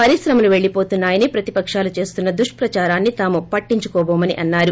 పరిశ్రమలు వెల్లిపోతున్నాయని ప్రతిపకాలు చేస్తున్న దుష్పదారాన్ని తాము పట్టించుకోటోమని అన్నారు